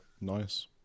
Nice